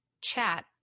chat